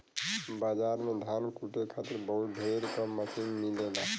बाजार में धान कूटे खातिर बहुत ढेर क मसीन मिलेला